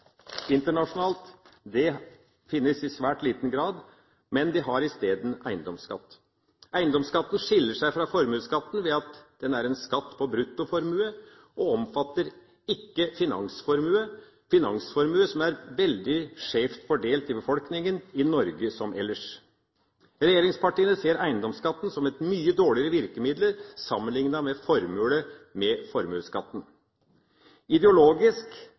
internasjonalt, men en har isteden eiendomsskatt. Eiendomsskatten skiller seg fra formuesskatten ved at den er en skatt på bruttoformue, og omfatter ikke finansformue, som er veldig skjevt fordelt i befolkningen, i Norge som ellers. Regjeringspartiene ser eiendomsskatten som et mye dårligere virkemiddel sammenlignet med formålet med formuesskatten. Ideologisk